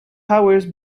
hours